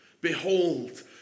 Behold